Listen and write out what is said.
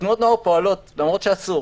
תנועות הנוער פועלות למרות שאסור,